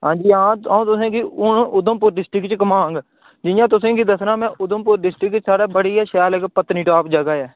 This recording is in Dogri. हां जी हां अ'ऊं तुसें गी हून उधमपुर डिस्ट्रिक च घुमाङ जि'यां तुसें गी दस्सना में उधमपुर डिस्ट्रिक साढ़े बड़ी गै शैल इक पत्नीटाप जगह् ऐ